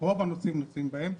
רוב הנוסעים נוסעים בהם,